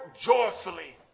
joyfully